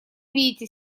видите